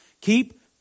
Keep